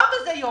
מה יופי בזה?